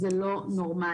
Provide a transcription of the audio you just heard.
זה לא נורמלי.